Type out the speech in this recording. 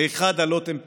"איכה דלותם פתאום,